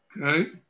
Okay